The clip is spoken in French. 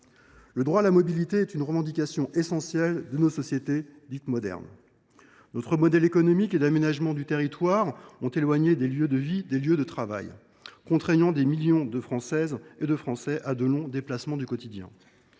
Le droit à la mobilité est une revendication essentielle de nos sociétés dites modernes. Notre modèle économique et d’aménagement du territoire a éloigné les lieux de vie des lieux de travail, contraignant des millions de Françaises et de Français à de longs déplacements quotidiens.